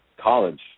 college